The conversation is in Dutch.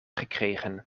gekregen